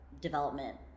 development